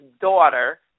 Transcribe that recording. daughter